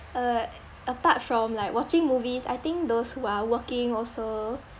uh apart from like watching movies I think those who are working also